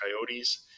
Coyotes